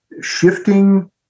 shifting